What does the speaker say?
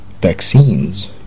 vaccines